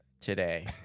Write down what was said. today